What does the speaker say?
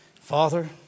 Father